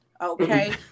okay